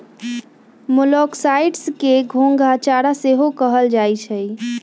मोलॉक्साइड्स के घोंघा चारा सेहो कहल जाइ छइ